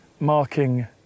Marking